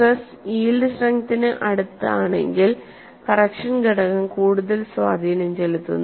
stress yield സ്ട്രെങ്ത്തിന് അടുത്താണെങ്കിൽ correction ഘടകം കൂടുതൽ സ്വാധീനം ചെലുത്തുന്നു